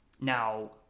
Now